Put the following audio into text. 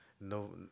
no